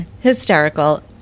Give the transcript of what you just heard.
hysterical